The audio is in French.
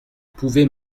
pouvez